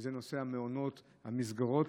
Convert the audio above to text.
וזה נושא המעונות, המסגרות,